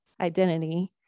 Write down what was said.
identity